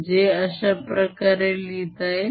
जे अश्याप्रकारे लिहिता येईल